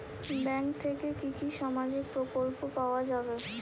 Bank থেকে কি কি সামাজিক প্রকল্প পাওয়া যাবে?